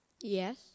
Yes